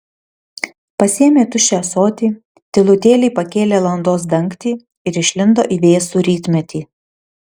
pasiėmė tuščią ąsotį tylutėliai pakėlė landos dangtį ir išlindo į vėsų rytmetį